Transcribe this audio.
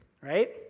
right